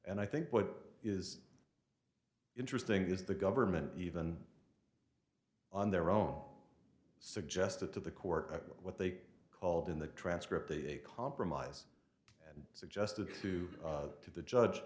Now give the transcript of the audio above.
and i think what is interesting is the government even on their own suggested to the court what they called in the transcript a compromise and suggested to the to the judge